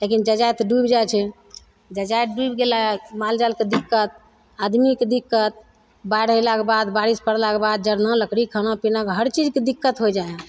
लेकिन जजाति डूबि जाइ छै जजाति डूबि गेलक माल जालके दिक्कत आदमीके दिक्कत बाढि अयलाके बाद बारिश पड़लाके बाद जरना लकड़ी खाना पीनाके हर चीजके दिक्कत होइ जाइ हइ